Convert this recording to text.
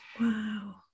Wow